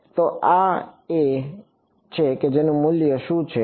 તો આ એ છે કે તેનું મૂલ્ય શું છે